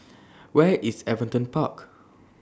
Where IS Everton Park